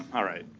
all right.